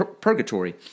purgatory